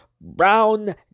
Brown